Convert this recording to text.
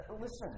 Listen